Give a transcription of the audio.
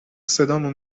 صدامو